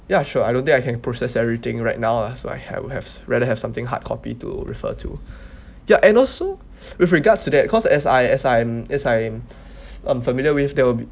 ya sure I don't think I can process everything right now ah so I have have rather have something hardcopy to refer to ya and also with regards to that cause as I as I'm it's I'm um familiar with that will be